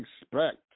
expect